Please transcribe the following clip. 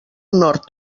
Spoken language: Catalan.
nord